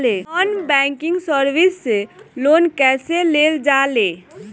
Non banking service से loan कैसे लेल जा ले?